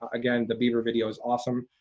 again, the beaver video is awesome.